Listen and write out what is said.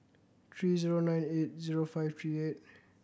three zero nine eight zero five three eight